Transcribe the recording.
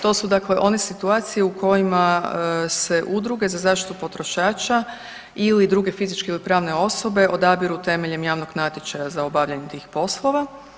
To su dakle one situacije u kojima se udruge za zaštitu potrošača ili druge fizičke ili pravne osobe odabiru temeljem javnog natječaja za obavljanje tih poslova.